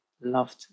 loved